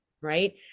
right